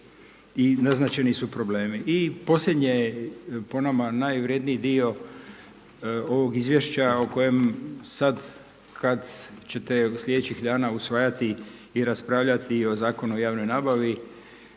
i naznačeni su problemi. I posljednje po nama najvrjedniji dio ovog izvješća o kojem sada kada ćete sljedećih dana usvajati i raspravljati o Zakonu o javnoj nabavi